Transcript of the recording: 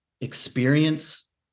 experience